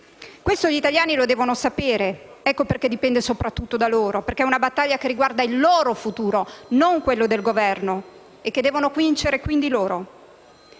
Questo gli italiani lo devono sapere. Ecco perché dipende soprattutto da loro: è una battaglia che riguarda il loro futuro, non quello del Governo, e che devono vincere loro.